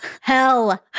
hell